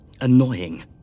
annoying